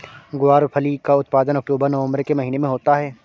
ग्वारफली का उत्पादन अक्टूबर नवंबर के महीने में होता है